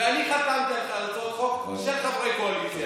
ואני חתמתי לך על הצעות חוק של חברי קואליציה,